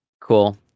cool